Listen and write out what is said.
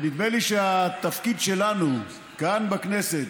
ונדמה לי שהתפקיד שלנו כאן בכנסת,